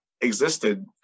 existed